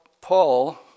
Paul